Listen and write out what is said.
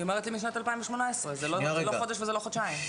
היא אומרת לי משנת 2018, זה לא חודש ולא חודשיים.